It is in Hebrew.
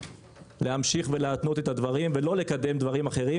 להמשיך להתנות דברים ולא לקדם דברים אחרים,